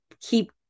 keep